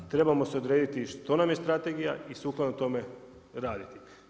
Trebamo si odrediti što nam je strategija i sukladno tome raditi.